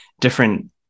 different